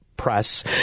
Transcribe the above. press